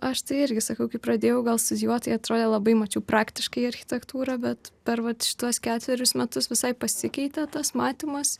aš tai irgi sakau kai pradėjau studijuot tai atrodė labai mačiau praktiškai architektūrą bet per vat šituos ketverius metus visai pasikeitė tas matymas